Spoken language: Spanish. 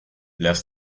las